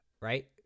Right